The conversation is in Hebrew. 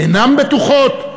אינן בטוחות.